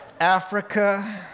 Africa